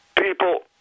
People